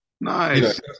Nice